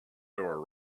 door